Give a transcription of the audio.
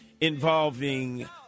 involving